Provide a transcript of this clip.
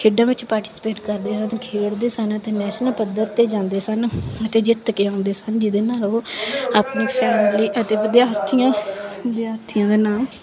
ਖੇਡਾਂ ਵਿੱਚ ਪਾਰਟੀਸਪੇਟ ਕਰਦੇ ਹਨ ਖੇਡਦੇ ਸਨ ਅਤੇ ਨੈਸ਼ਨਲ ਪੱਧਰ 'ਤੇ ਜਾਂਦੇ ਸਨ ਅਤੇ ਜਿੱਤ ਕੇ ਆਉਂਦੇ ਸਨ ਜਿਹਦੇ ਨਾਲ ਉਹ ਆਪਣੀ ਫੈਮਲੀ ਅਤੇ ਵਿਦਿਆਰਥੀਆਂ ਵਿਦਿਆਰਥੀਆਂ ਦਾ ਨਾਮ